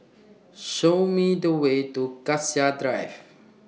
Show Me The Way to Cassia Drive